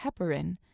heparin